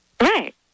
Right